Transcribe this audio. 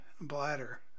bladder